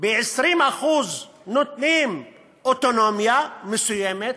ב-20% נותנים אוטונומיה מסוימת,